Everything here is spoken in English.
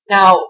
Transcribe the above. Now